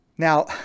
Now